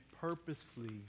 purposefully